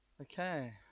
Okay